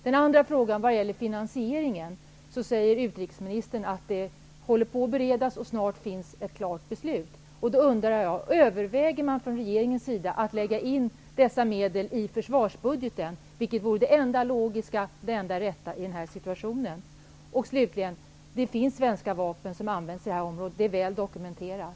Som svar på den andra frågan, om finansieringen, säger utrikesministern att den håller på att beredas och att det snart finns ett beslut. Då undrar jag: Överväger regeringen att lägga in dessa medel i försvarsbudgeten, vilket vore det enda logiska och det enda rätta i den här situationen? Slutligen: Det finns svenska vapen som används i det här området. Det är väl dokumenterat.